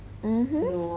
mmhmm